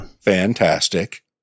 fantastic